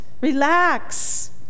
relax